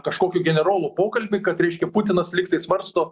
kažkokių generolų pokalbį kad reiškia putinas lygtai svarsto